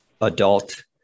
adult